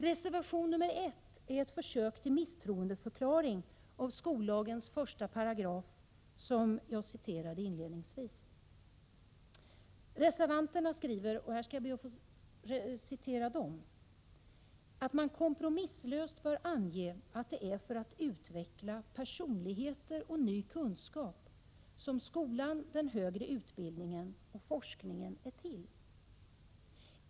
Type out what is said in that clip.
Reservation nr 1 är ett försök till misstroendeförklaring gentemot skollagens första paragraf, som jag citerade inledningsvis. Reservanterna skriver att ”man kompromisslöst bör ange att det är för att utveckla personligheter och ny kunskap som skolan, den högre utbildningen och forskningen är till”.